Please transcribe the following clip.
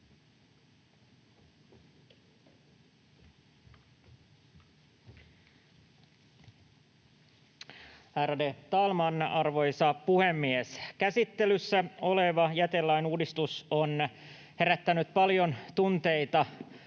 Ärade talman, arvoisa puhemies! Käsittelyssä oleva jätelain uudistus on herättänyt paljon tunteita